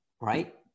right